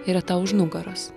yra tau už nugaros